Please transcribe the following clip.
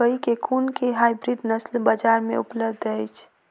मकई केँ कुन केँ हाइब्रिड नस्ल बजार मे उपलब्ध अछि?